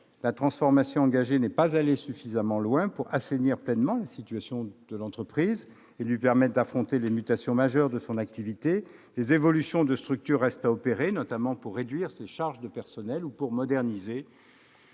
la transformation engagée n'est pas allée suffisamment loin pour assainir pleinement la situation de l'entreprise et lui permettre d'affronter les mutations majeures de son activité. Des évolutions de structure restent à opérer, notamment pour réduire ses charges de personnel ou pour moderniser